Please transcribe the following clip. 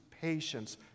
patience